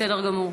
בסדר גמור.